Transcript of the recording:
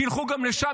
שילכו גם לשם,